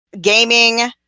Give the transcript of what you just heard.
Gaming